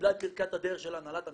קיבלה את ברכת הדרך של הנהלת המשרד,